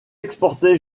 exporté